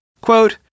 Quote